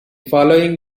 following